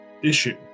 Issue